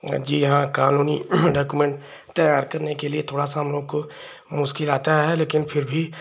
जी हाँ कानूनी डॉक्यूमेन्ट तैयार करने के लिए थोड़ी सी हमलोगों को मुश्किल आती है लेकिन फिर भी